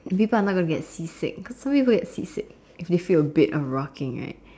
and people are not going to get sea sick cause some people get sea sick if they feel a bit of rocking right